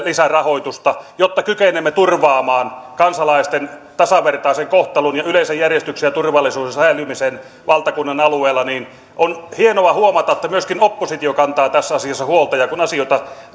lisärahoitusta jotta kykenemme turvaamaan kansalaisten tasavertaisen kohtelun ja yleisen järjestyksen ja turvallisuuden säilymisen valtakunnan alueella niin on hienoa huomata että myöskin oppositio kantaa tässä asiassa huolta ja kun asioita